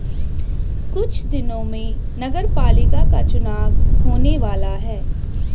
कुछ दिनों में नगरपालिका का चुनाव होने वाला है